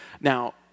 Now